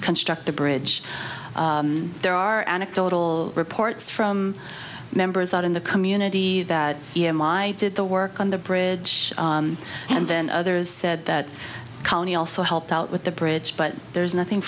construct the bridge there are anecdotal reports from members out in the community that i did the work on the bridge and then others said that county also helped out with the bridge but there's nothing